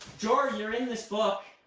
jory, you're in this book.